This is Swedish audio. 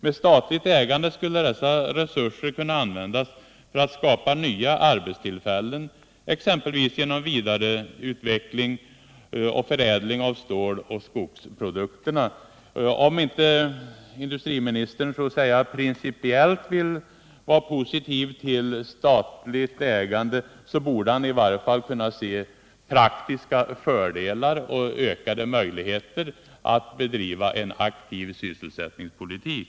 Med statligt ägande skulle dessa resurser kunna användas för att skapa nya arbetstillfällen, exempelvis genom vidareutveckling och förädling av ståloch skogsprodukatt säkra sysselterna. Om industriministern inte principiellt vill ställa sig positiv till statligt sättningen i Värmägande, borde han i varje fall i nuvarande läge kunna se praktiska fördelar och land ökade möjligheter till att bedriva en aktiv sysselsättningspolitik.